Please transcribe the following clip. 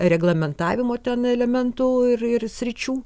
reglamentavimo ten elementų ir ir sričių